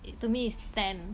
it to me is ten